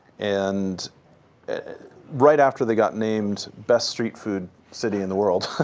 and right after they got named best street food city in the world.